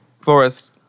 forest